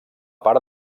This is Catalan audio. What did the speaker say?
part